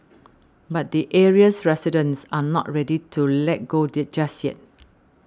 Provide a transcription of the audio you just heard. but the area's residents are not ready to let go just yet